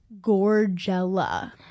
gorgella